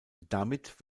damit